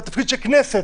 זה תפקיד של כנסת.